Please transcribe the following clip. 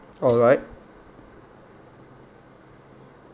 alright